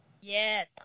Yes